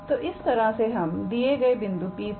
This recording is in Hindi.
तो इस तरह से हमें दिए गए बिंदु P पर